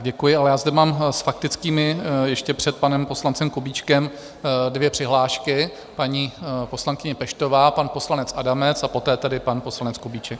Děkuji, ale já zde mám s faktickými ještě před panem poslancem Kubíčkem dvě přihlášky paní poslankyně Peštová, pan poslanec Adamec a poté tedy pan poslanec Kubíček.